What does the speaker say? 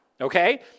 okay